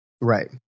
Right